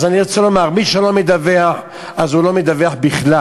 אז אני רוצה לומר: מי שלא מדווח אז הוא לא מדווח בכלל.